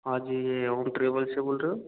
हाँ जी ये ओम ट्रेवल से बोल रहे हो